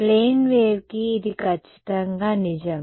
plane వేవ్కి ఇది ఖచ్చితంగా నిజం